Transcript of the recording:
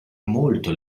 molto